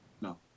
no